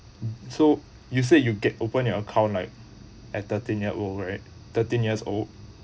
so you said you get opened your account like at thirteen year old right thirteen years old